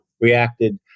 reacted